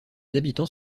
habitants